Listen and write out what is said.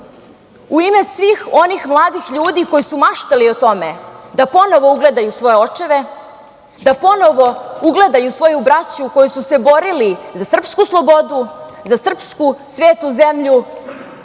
u ime svih onih mladih ljudi koji su maštali o tome da ponovo ugledaju svoje očeve, da ponovo ugledaju svoju braću koja su se borila za srpsku slobodu, za srpsku svetu zemlju,